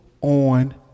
on